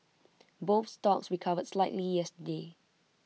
both stocks recovered slightly yesterday